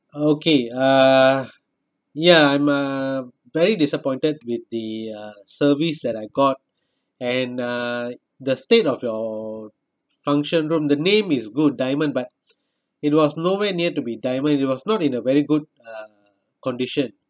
okay uh ya I'm uh very disappointed with the uh service that I got and uh the state of your function room the name is good diamond but it was nowhere near to be diamond it was not in a very good uh condition